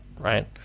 right